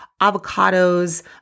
avocados